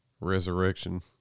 resurrection